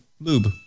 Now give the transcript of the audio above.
Lube